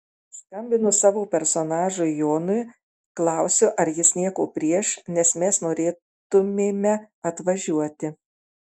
skambinu savo personažui jonui klausiu ar jis nieko prieš nes mes norėtumėme atvažiuoti